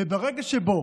ברגע שבו